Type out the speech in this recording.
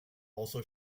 also